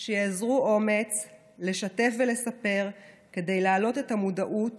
שיאזרו אומץ לשתף ולספר, כדי להעלות את המודעות